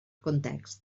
context